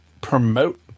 promote